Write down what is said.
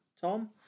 Tom